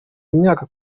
imyaka